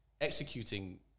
executing